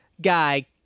guy